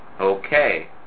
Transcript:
okay